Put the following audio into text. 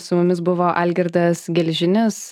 su mumis buvo algirdas gelžinis